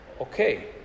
okay